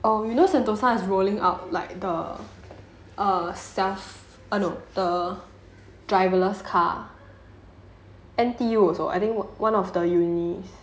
oh you know sentosa is rolling out like the err stuff oh you know the driverless car N_T_U also I think one of the uni